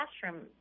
classroom